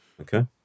Okay